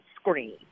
screen